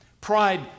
Pride